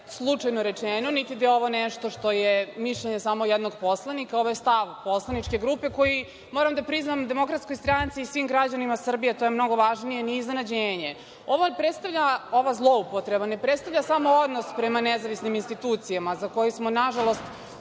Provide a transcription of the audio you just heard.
slučajno rečeno, niti da je ovo nešto što je mišljenje samo jednog poslanika, ovo je stav poslaničke grupe koji, moram da priznam, Demokratskoj stranci i svim građanima Srbije, to je mnogo važnije, nije iznenađenje. Ova zloupotreba ne predstavlja samo odnos prema nezavisnim institucijama, za koje smo, nažalost,